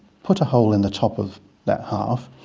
put a hole in the top of that half,